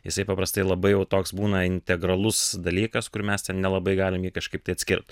jisai paprastai labai jau toks būna integralus dalykas kur mes ten nelabai galim jį kažkaip tai atskirt